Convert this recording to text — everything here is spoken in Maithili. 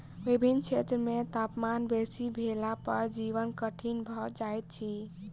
विभिन्न क्षेत्र मे तापमान बेसी भेला पर जीवन कठिन भ जाइत अछि